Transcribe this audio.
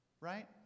Right